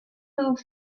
little